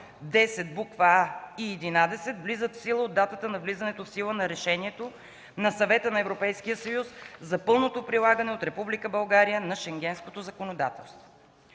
10, буква „а” и 11 влизат в сила от датата на влизането в сила на решението на Съвета на Европейския съюз за пълното прилагане от Република България на Шенгенското законодателство.